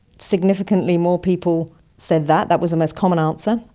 significantly more people said that, that was the most common answer.